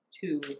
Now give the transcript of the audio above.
two